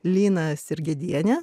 lyną sirgedienė